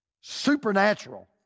supernatural